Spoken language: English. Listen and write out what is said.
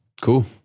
Cool